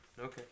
Okay